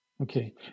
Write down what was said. Okay